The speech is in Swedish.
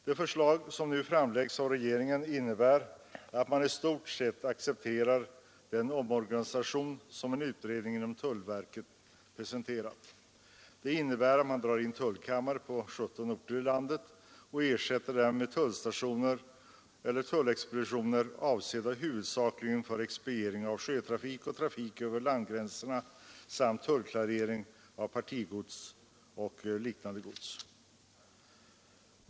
Det förslag som nu framlägges av regeringen innebär att man i stort sett accepterar den omorganisation som en utredning inom tullverket presenterat. Det innebär att man drar in tullkammare på 17 orter i landet och ersätter dem med tullstationer och tullexpeditioner avsedda huvudsakligen för expediering av sjötrafik och trafik över landgränsen samt tullklarering av partigods och liknande gods.